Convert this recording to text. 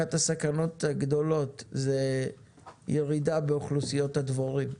זו הירידה באוכלוסיות הדבורים.